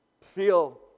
Feel